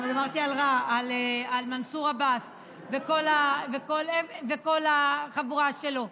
דיברתי על מנסור עבאס וכל החבורה שלו.